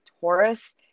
Taurus